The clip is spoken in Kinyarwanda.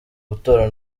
gutora